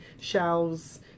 shelves